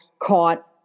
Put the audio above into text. caught